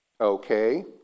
Okay